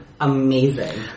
amazing